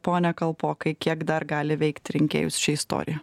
pone kalpokai kiek dar gali veikti rinkėjus ši istorija